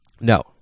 No